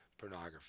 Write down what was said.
pornography